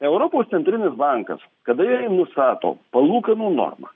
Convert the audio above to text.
europos centrinis bankas kada jie nustato palūkanų normą